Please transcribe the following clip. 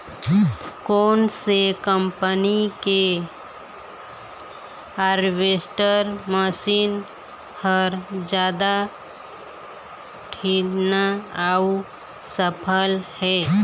कोन से कम्पनी के हारवेस्टर मशीन हर जादा ठीन्ना अऊ सफल हे?